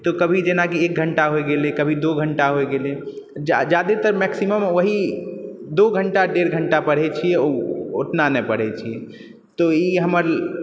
तऽ कभी जेनाकी एक घण्टा होइ गेलै कभी दो घण्टा होइ गेले जा जादातर मैक्सिमम वही दो घण्टा डेढ़ घण्टा पढ़ै छियै उतना नहि पढ़ै छियै तऽ इ हमर